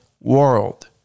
world